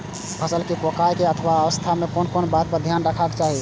फसल के पाकैय के अवस्था में कोन कोन बात के ध्यान रखना चाही?